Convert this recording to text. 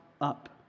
up